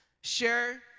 Share